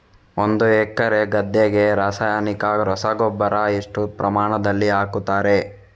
ಒಂದು ಎಕರೆ ಗದ್ದೆಗೆ ರಾಸಾಯನಿಕ ರಸಗೊಬ್ಬರ ಎಷ್ಟು ಪ್ರಮಾಣದಲ್ಲಿ ಹಾಕುತ್ತಾರೆ?